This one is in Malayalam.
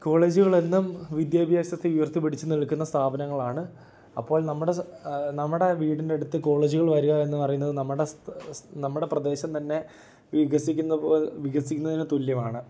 കോളേജുകളെന്നും വിദ്യാഭ്യാസത്തിനെ ഉയർത്തിപ്പിടിച്ച് നിൽക്കുന്ന സ്ഥാപനങ്ങളാണ് അപ്പോൾ നമ്മുടെ സ നമ്മുടെ വീടിൻ്റടുത്ത് കോളേജുകൾ വരുകാ എന്ന് പറയുന്നത് നമ്മുടെ നമ്മുടെ പ്രദേശം തന്നെ വികസിക്കുന്ന പോല് വികസിക്കുന്നതിന് തുല്യമാണ്